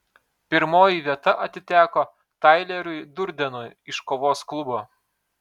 pirmoji vieta atiteko taileriui durdenui iš kovos klubo